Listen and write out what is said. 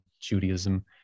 Judaism